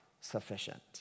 sufficient